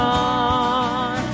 on